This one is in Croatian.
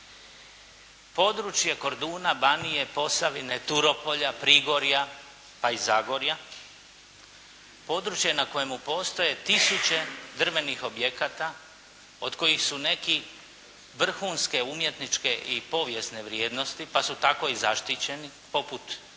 Područje Korduna, Banije, Posavine, Turopolja, Prigorja, pa i Zagorja, područje na kojemu postoje tisuće drvenih objekata, od kojih su neki vrhunske umjetničke i povijesne vrijednosti, pa su tako i zaštićeni, poput nekih